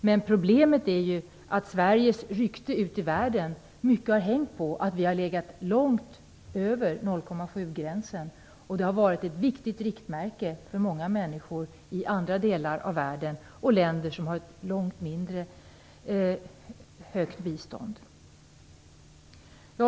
Men problemet är att Sveriges rykte ute i världen mycket har hängt på att vi har legat långt över 0,7-procentsgränsen. Det har varit ett viktigt riktmärke för många människor i andra delar av världen och i länder som ger ett långt mindre bistånd.